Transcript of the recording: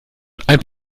ein